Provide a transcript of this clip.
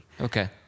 Okay